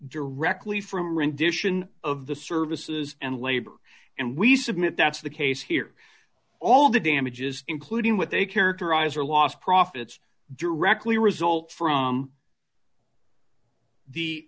directly from rendition of the services and labor and we submit that's the case here all the damages including what they characterize are lost profits directly result from the